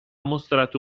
mostrato